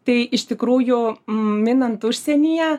tai iš tikrųjų minant užsienyje